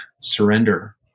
surrender